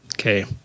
okay